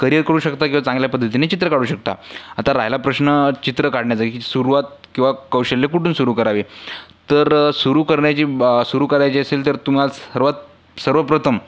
career करू शकता किंवा चांगल्या पद्धतीने चित्र काढू शकता आता राहिला प्रश्न चित्र काढण्याचा क सुरुवात किंवा कौशल्य कुठून सुरु करावे तर सुरू करण्याची ब सुरू करायची असेल तर तुम्हाला सर्वात सर्वप्रथम